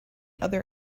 other